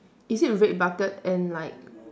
is it red bucket and like